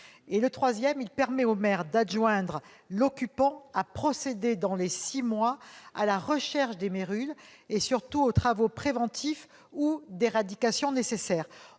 ... Le troisième permet au maire d'enjoindre à l'occupant de procéder, dans les six mois, à la recherche de mérules et aux travaux préventifs ou d'éradication nécessaires.